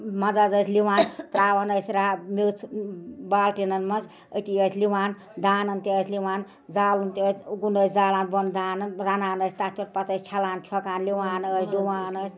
مَزٕ حظ ٲسۍ لِوان تراوان ٲسۍ رب میٚژ بالٹیٖنن منٛز أتی ٲسۍ لِوان دانن تہِ ٲسۍ لِوان زالُن تہِ ٲسۍ اُگُن ٲسی زالان بۄنہٕ دانن رنان ٲسۍ تتھ پٮ۪ٹھ پتہٕ ٲسۍ چھلان چھۄکان لِوان ٲسۍ